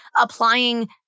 applying